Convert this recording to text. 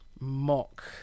mock